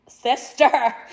Sister